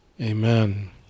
amen